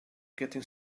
getting